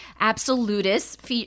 absolutist